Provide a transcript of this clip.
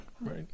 Right